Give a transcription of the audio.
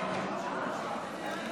כבוד המזכיר.